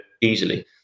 easily